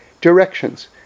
directions